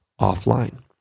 offline